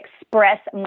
express